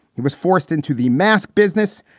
he was forced into the mask business,